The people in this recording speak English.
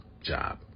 job